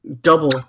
double